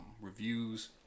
reviews